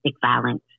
violence